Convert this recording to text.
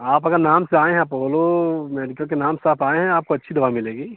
आप अगर नाम से आए हैं अपोलो मेडिकल के नाम से आप आए हैं आपको अच्छी दवा मिलेगी